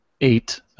eight